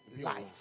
life